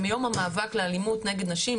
ביום המאבק לאלימות נגד נשים,